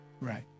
Right